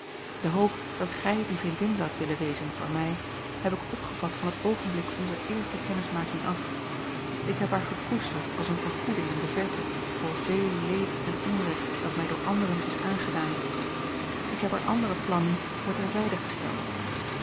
de hoop dat gij die vriendin zoudt willen wezen voor mij heb ik opgevat van het oogenblik onzer eerste kennismaking af ik heb haar gekoesterd als eene vergoeding in de verte voor veel leed en onrecht dat mij door anderen is aangedaan ik heb er andere plannen voor ter zijde gesteld